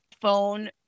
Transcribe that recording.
phone